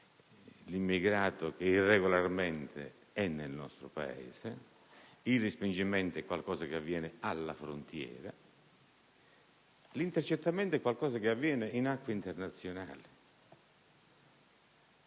l'immigrato che irregolarmente è nel nostro Paese; il respingimento è qualcosa che avviene alla frontiera; l'intercettamento avviene in acque internazionali.